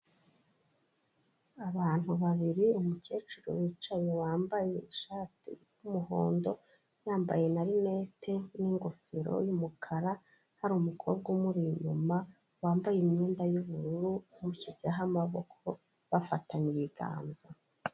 Abantu babiri umukecuru wicaye wambaye ishati y'umuhondo, yambaye na linete n'ingofero y'umukara, hari umukobwa umuri inyuma, wambaye imyenda y'ubururu umushyizeho amaboko bafatanye ibiganza.